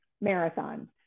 marathon